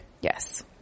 Yes